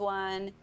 one